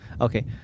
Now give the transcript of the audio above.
Okay